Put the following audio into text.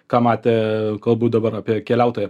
ką matė galbūt dabar apie keliautoją